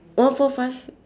one four five